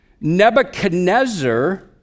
Nebuchadnezzar